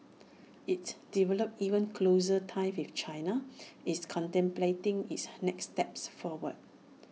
it's developed even closer ties with China it's contemplating its next steps forward